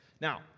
Now